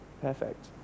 perfect